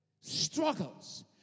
struggles